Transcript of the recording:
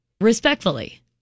respectfully